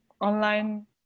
online